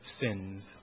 sins